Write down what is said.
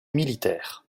militaires